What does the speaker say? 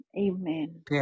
Amen